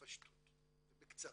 בפשטות ובקצרה.